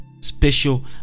special